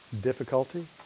difficulty